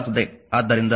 ಆದ್ದರಿಂದ ಸಮೀಕರಣ 2